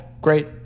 great